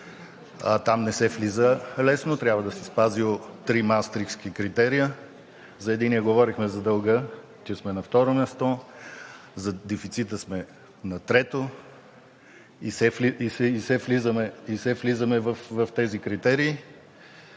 там не се влиза лесно – трябва да си спазил три маастрихтски критерия. За единия говорихме – за дълга – че сме на второ място, за дефицита сме на трето и все влизаме в тези критерии.